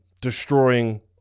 destroying